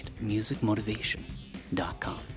musicmotivation.com